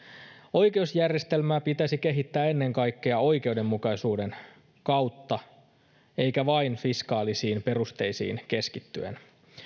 oikeusjärjestelmää pitäisi kehittää ennen kaikkea oikeudenmukaisuuden kautta eikä vain fiskaalisiin perusteisiin keskittyen